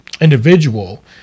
individual